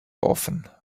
often